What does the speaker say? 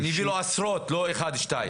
אני אביא לו עשרות, לא אחד שניים.